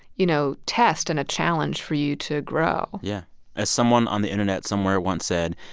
you know, test and a challenge for you to grow yeah as someone on the internet somewhere once said,